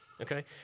okay